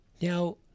Now